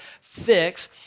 fix